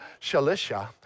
Shalisha